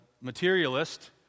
materialist